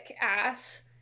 ass